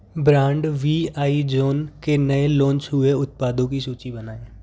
brand V I John के नए launch हुए उत्पादों की सूची बनाएँ